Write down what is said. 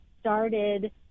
started